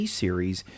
series